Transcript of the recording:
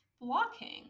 blocking